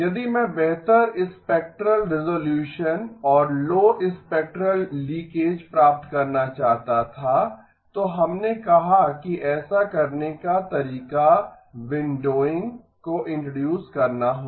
यदि मैं बेहतर स्पेक्ट्रल रेसोल्यूशन और लो स्पेक्ट्रल लीकेज प्राप्त करना चाहता था तो हमने कहा कि ऐसा करने का तरीका विंडोइंग को इंट्रोडूस करना होगा